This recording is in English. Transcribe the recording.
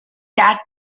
cat